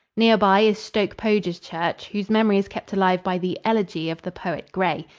near by is stoke-poges church, whose memory is kept alive by the elegy of the poet gray.